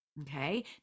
Okay